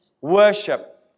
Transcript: Worship